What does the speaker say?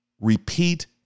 repeat